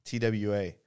TWA